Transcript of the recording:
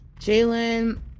Jalen